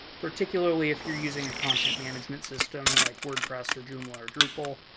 particularly if you're using a content management system like wordpress or joomla or drupal.